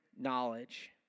knowledge